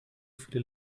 viele